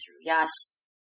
Yes